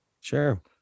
Sure